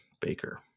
Baker